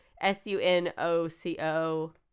S-U-N-O-C-O